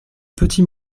petit